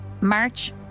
March